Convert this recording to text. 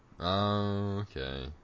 Okay